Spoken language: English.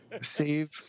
save